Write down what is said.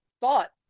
thought